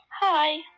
Hi